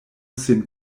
sin